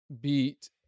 beat